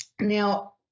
now